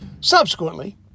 Subsequently